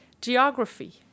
geography